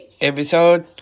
episode